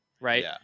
right